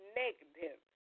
negative